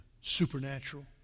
supernatural